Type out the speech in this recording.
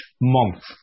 month